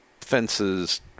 fences